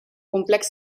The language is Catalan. complex